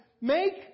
make